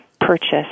purchase